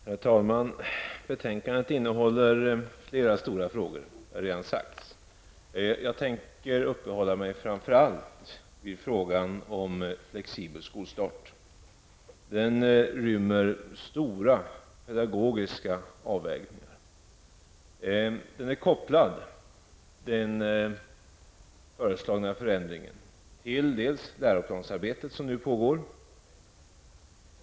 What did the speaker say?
Herr talman! Betänkandet innehåller, som det redan har sagts, flera stora frågor. Jag tänker framför allt uppehålla mig vid frågan om flexibel skolstart. Den frågan rymmer stora pedagogiska avvägningar. Den föreslagna förändringen är kopplad till det läroplansarbete som nu pågår.